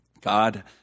God